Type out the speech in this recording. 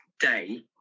day